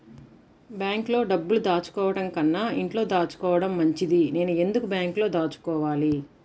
బ్యాంక్లో డబ్బులు దాచుకోవటంకన్నా ఇంట్లో దాచుకోవటం మంచిది నేను ఎందుకు బ్యాంక్లో దాచుకోవాలి?